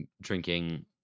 drinking